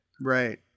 Right